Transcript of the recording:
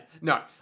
No